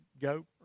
go